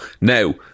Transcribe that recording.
Now